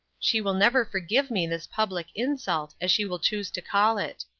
she will never forgive me this public insult, as she will choose to call it.